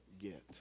get